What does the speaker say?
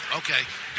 okay